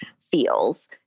feels